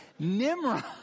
Nimrod